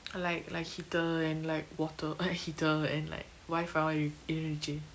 like like heater and like water heater and like wi-fi இருந்ச்சு:irunchu